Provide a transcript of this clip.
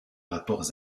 rapports